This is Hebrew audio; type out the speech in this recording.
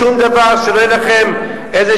אדוני